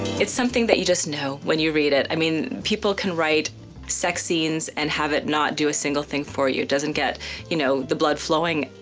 it's something that you just know when you read it. i mean people can write sex scenes and have it not do a single thing for you. it doesn't get you know the blood flowing.